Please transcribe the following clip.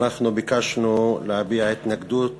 אנחנו ביקשנו להביע התנגדות